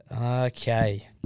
Okay